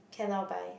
cannot buy